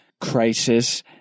crisis